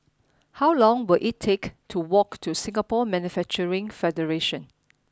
how long will it take to walk to Singapore Manufacturing Federation